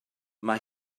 mae